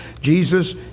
Jesus